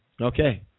Okay